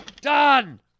Done